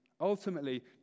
ultimately